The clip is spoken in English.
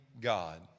God